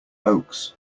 oaks